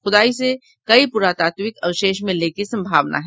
खूदाई से कई पूरातात्विक अवशेष मिलने की संभावना है